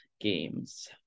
games